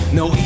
no